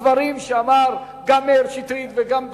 ואני מסכים גם לדברים שאמר מאיר שטרית וגם,